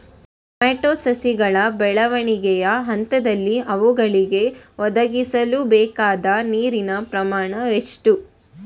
Tomato ಸಸಿಗಳ ಬೆಳವಣಿಗೆಯ ಹಂತದಲ್ಲಿ ಅವುಗಳಿಗೆ ಒದಗಿಸಲುಬೇಕಾದ ನೀರಿನ ಪ್ರಮಾಣ ಎಷ್ಟು?